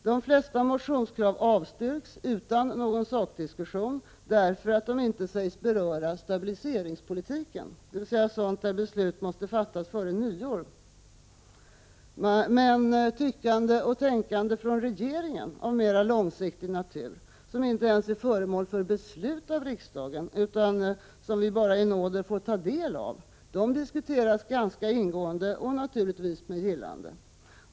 De flesta motionskrav avstyrks utan någon sakdiskussion därför att de inte sägs beröra stabiliseringspolitiken, dvs. sådant där beslut måste fattas före nyår. Men tyckande och tänkande från regeringen av mer långsiktig natur, som inte ens är föremål för beslut av riksdagen utan som vi bara i nåder får ta del av, de diskuteras ganska ingående och naturligtvis med gillande.